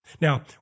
Now